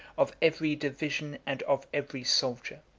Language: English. of every division and of every soldier.